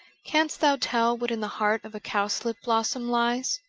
canst thou tell what in the heart of a cowslip blossom lies?